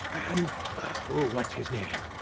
and what's his name,